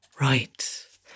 Right